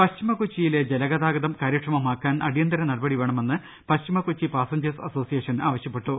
പശ്ചിമ കൊച്ചിയിലെ ജലഗതാഗതം കാര്യക്ഷമമാക്കാൻ അടിയ ന്തര നടപടി വേണമെന്ന് പശ്ചിമകൊച്ചി പാസഞ്ചേഴ്സ് അസോസി യേഷൻ ആവശ്യപ്പെട്ടു